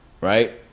right